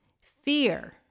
fear